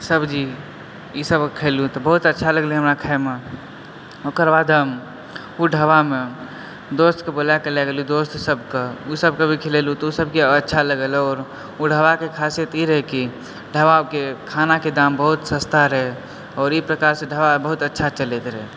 सब्जी ईसभ खेलु तऽ बहुत अच्छा लगलै हमरा खायमे ओकर बाद हम ओ ढाबामे दोस्तके बोलाइ कऽ लए गेलियै दोस्त सभके ओसभकेँ भी खिलेलु तऽ ओसभकेँ अच्छा लागल आओर ओ ढाबाके खासियत ई रहै कि ढाबाके खानाके दाम बहुत सस्ता रहै आओर ई प्रकारसँ ढाबा बहुत अच्छा चलैत रहै